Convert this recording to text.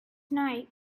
night